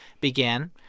began